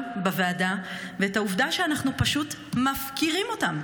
בוועדה ומהעובדה שאנחנו פשוט מפקירים אותם.